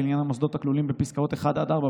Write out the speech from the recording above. לעניין המוסדות הכלולים בפסקאות (1) עד (4)